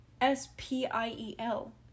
s-p-i-e-l